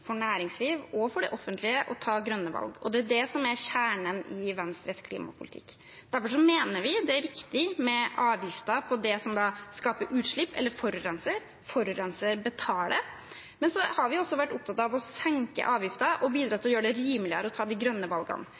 næringsliv og det offentlige å ta grønne valg, og det er det som er kjernen i Venstres klimapolitikk. Derfor mener vi det er riktig med avgifter på det som skaper utslipp eller forurenser – at forurenser betaler – men så har vi også vært opptatt av å senke avgifter og bidra til å gjøre det rimeligere å ta de grønne valgene.